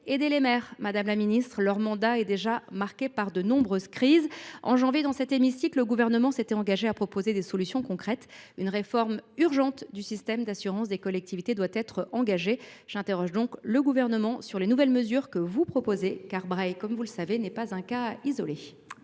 aider les maires, madame la ministre ! Leur mandat est déjà marqué par de nombreuses crises. En janvier dernier, dans cet hémicycle, le Gouvernement s’était engagé à proposer des solutions concrètes. Une réforme urgente du système d’assurance des collectivités doit être engagée ! J’interroge donc le Gouvernement sur les nouvelles mesures que vous proposez, car Breil sur Roya – comme vous le savez – n’est pas un cas isolé